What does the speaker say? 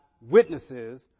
witnesses